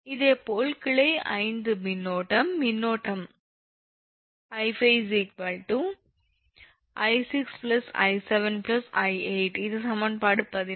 இதேபோல் கிளை 5 மூலம் மின்னோட்டம் 𝐼5 𝑖6𝑖7𝑖8 இது சமன்பாடு 15